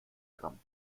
gramm